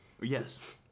Yes